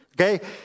okay